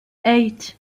eight